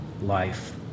life